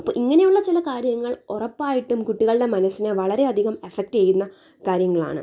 അപ്പോൾ ഇങ്ങനെയുള്ള ചില കാര്യങ്ങള് ഉറപ്പായിട്ടും കുട്ടികളുടെ മനസ്സിനെ വളരെയധികം അഫക്റ്റ് ചെയ്യുന്ന കാര്യങ്ങളാണ്